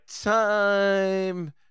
time